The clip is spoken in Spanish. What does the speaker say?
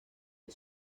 que